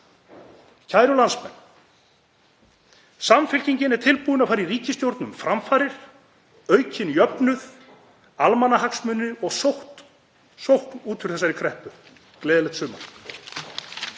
Kæru landsmenn. Samfylkingin er tilbúin að fara í ríkisstjórn um framfarir, aukinn jöfnuð, almannahagsmuni og sókn út úr þessari kreppu. — Gleðilegt sumar.